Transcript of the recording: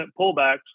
pullbacks